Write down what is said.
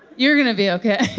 you're going to be ok.